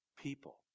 people